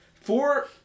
Four